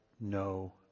no